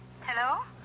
Hello